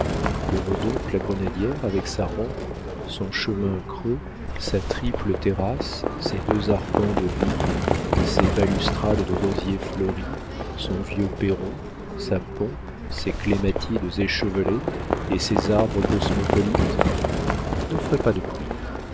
que vaut donc la grenadière avec sa rampe son chemin creux sa triple terrasse ses deux arpents de vigne ses balustrades de rosiers fleuris son vieux perron sa pompe ses clématites échevelées et ses arbres cosmopolites n'offrez pas de prix